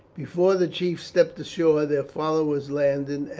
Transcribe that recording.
before the chiefs stepped ashore their followers landed,